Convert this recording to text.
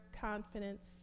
confidence